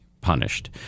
punished